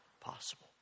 possible